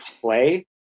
play